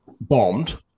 bombed